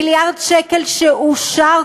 מיליארד שקל שאושרו,